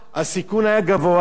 הסיכון היה גבוה,